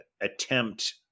attempt